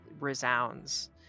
resounds